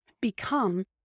become